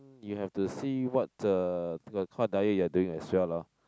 you have to see what uh the kind of diet you are doing as well lah